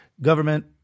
Government